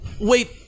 Wait